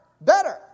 better